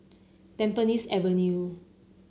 Tampines Avenue